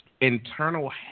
internal